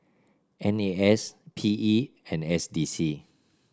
N A S P E and S D C